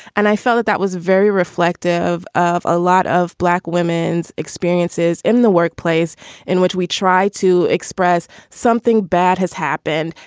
and i felt that that was very reflective of a lot of black women's experiences in the workplace in which we try to express something bad has happened.